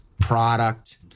product